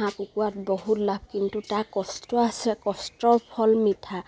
হাঁহ কুকুৰাত বহুত লাভ কিন্তু তাৰ কষ্ট আছে কষ্টৰ ফল মিঠা